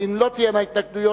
אם לא תהיינה התנגדויות